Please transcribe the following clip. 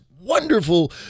wonderful